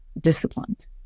disciplined